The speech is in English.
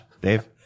Dave